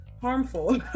harmful